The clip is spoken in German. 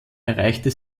erreichte